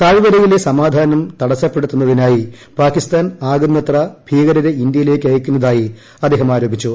താഴ്വരയിലെ സമാധാനം തടസ്സപ്പെടുത്തുന്നതിനായി പാകിസ്ഥാൻ ആകുന്നത്രെ ഭീകരരെ ഇന്ത്യയിലേക്ക് അയക്കുന്നതായി അദ്ദേഹം ആരോപിച്ചു